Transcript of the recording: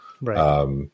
Right